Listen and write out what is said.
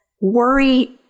worry